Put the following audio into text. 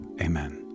Amen